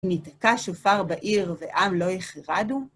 ניתקע שופר בעיר, ועם לא יחרדו?